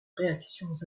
réactions